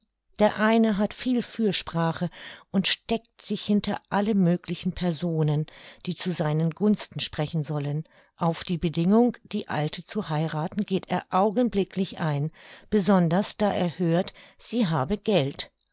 der eine hat viel fürsprache und steckt sich hinter alle möglichen personen die zu seinen gunsten sprechen sollen auf die bedingung die alte zu heirathen geht er augenblicklich ein besonders da er hört sie habe geld